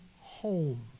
home